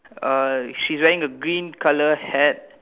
uh she's wearing a green colour hat